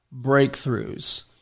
breakthroughs